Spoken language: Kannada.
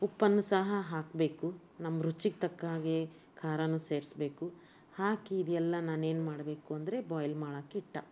ಉಪ್ಪನ್ನು ಸಹ ಹಾಕಬೇಕು ನಮ್ಮ ರುಚಿಗೆ ತಕ್ಕ ಹಾಗೆ ಖಾರವೂ ಸೇರಸ್ಬೇಕು ಹಾಕಿ ಇದೆಲ್ಲ ನಾನೇನು ಮಾಡಬೇಕು ಅಂದರೆ ಬಾಯ್ಲ್ ಮಾಡೋಕ್ಕಿಟ್ಟು